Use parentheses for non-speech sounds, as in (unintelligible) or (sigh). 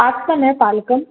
(unintelligible) तारिकं